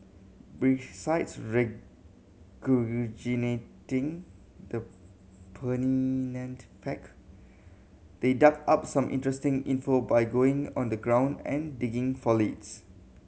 besides the fact they dug up some interesting info by going on the ground and digging for leads